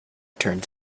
turned